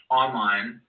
online